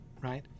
right